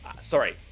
Sorry